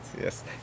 yes